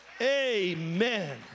Amen